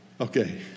Okay